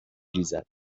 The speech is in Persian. ریزد